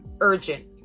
urgent